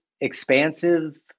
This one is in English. expansive